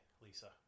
Lisa